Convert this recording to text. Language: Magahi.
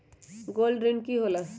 गोल्ड ऋण की होला?